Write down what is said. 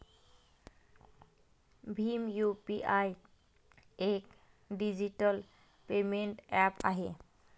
Bhim UPI एक digital payment app आहे